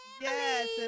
Yes